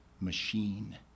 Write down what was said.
machine